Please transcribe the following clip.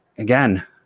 Again